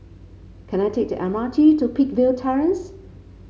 can I take the M R T to Peakville Terrace